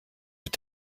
mit